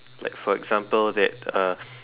like for example that uh